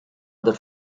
other